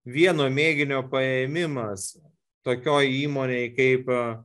vieno mėginio paėmimas tokioj įmonėj kaip